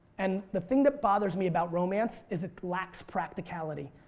and the thing that bothers me about romance is it lacks practicality.